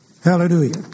Hallelujah